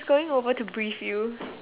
going over to brief you